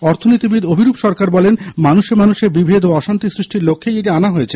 অর্থনীতিবিদ অভিরূপ সরকার বলেন মানুষে মানুষে বিভেদ ও অশান্তি সৃষ্টির লক্ষেই এটি আনা হয়েছে